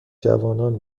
جوانان